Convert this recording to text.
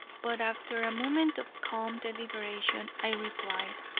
but after a moment of calm deliberation i replied,